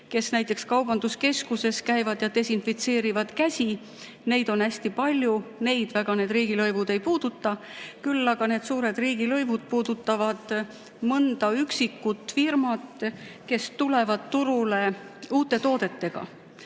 kes näiteks kaubanduskeskuses käivad ja desinfitseerivad käsi. Neid on hästi palju, neid väga need riigilõivud ei puuduta. Küll aga need suured riigilõivud puudutavad üksikuid firmasid, kes tulevad turule uute toodetega.